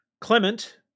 Clement